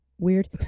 Weird